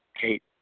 Kate